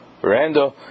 veranda